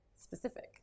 specific